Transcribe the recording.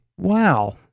Wow